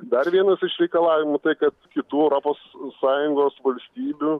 dar vienas iš reikalavimų tai kad kitų europos sąjungos valstybių